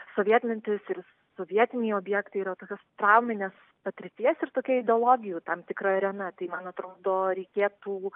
sovietmetis ir sovietiniai objektai yra tokios trauminės patirties ir tokia ideologijų tam tikra arena tai man atrodo reikėtų